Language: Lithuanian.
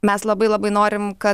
mes labai labai norim kad